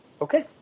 Okay